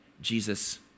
Jesus